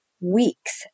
weeks